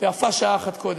ויפה שעה אחת קודם.